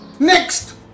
Next